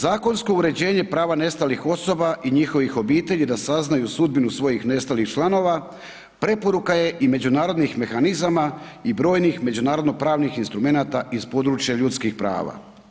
Zakonsko uređenje prava nestalih osoba i njihovih obitelji da saznaju sudbinu svojih nestalih članova preporuka je i međunarodnih mehanizama i brojnih međunarodno pravnih instrumenata iz područja ljudskih prava.